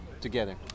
Together